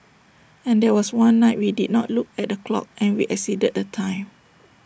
and there was one night we did not look at the clock and we exceeded the time